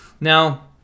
Now